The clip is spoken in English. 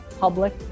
public